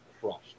crushed